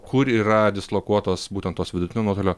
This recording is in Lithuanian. kur yra dislokuotos būtent tos vidutinio nuotolio